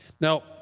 Now